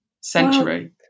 century